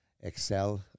excel